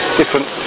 different